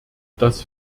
das